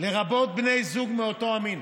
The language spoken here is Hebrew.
לרבות בני זוג מאותו המין.